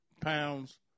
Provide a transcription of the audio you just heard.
pounds